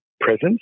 presence